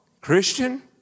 Christian